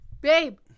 babe